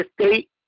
state